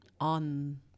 on